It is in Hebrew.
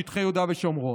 שטחי יהודה ושומרון.